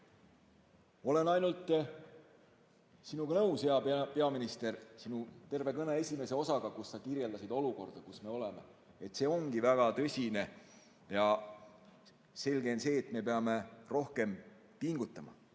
Olen nõus, hea peaminister, sinu kõne esimese osaga, kus sa kirjeldasid olukorda, kus me oleme. See ongi väga tõsine ja selge on see, et me peame rohkem pingutama.